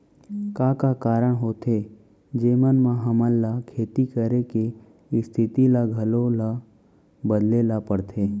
का का कारण होथे जेमन मा हमन ला खेती करे के स्तिथि ला घलो ला बदले ला पड़थे?